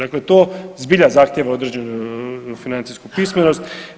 Dakle, zbilja zahtjeva određenu financijsku pismenost.